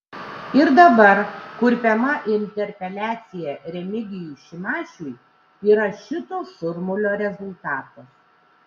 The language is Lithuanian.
ir dabar kurpiama interpeliacija remigijui šimašiui yra šito šurmulio rezultatas